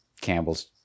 Campbell's